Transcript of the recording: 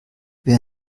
wer